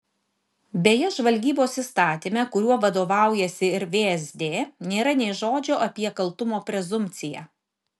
beje žvalgybos įstatyme kuriuo vadovaujasi ir vsd nėra nė žodžio apie kaltumo prezumpciją